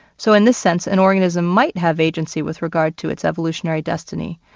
so in this sense, an organism might have agency with regard to its evolutionary destiny,